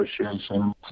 Association